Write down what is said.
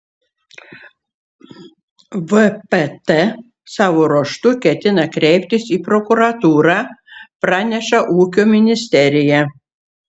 vpt savo ruožtu ketina kreiptis į prokuratūrą praneša ūkio ministerija